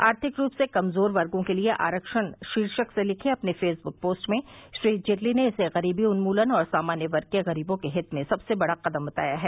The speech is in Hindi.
आर्थिक रूप से कमजोर वर्गो के लिए आरक्षण शीर्षक से लिखे अपने फेसबुक पोस्ट में श्री जेटली ने इसे गरीबी उन्मूलन और सामान्य वर्ग के गरीबों के हित में सबसे बड़ा कदम बताया है